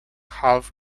half